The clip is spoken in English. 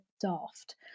daft